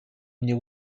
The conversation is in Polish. mnie